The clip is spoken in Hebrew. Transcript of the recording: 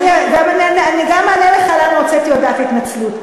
אני גם אענה לך למה הוצאתי הודעת התנצלות.